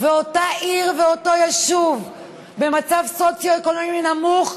אותה עיר ואותו יישוב במצב סוציו-אקונומי נמוך,